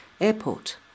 airport